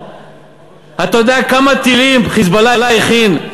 אתה יודע כמה טילים "חיזבאללה" הכין,